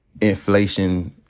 inflation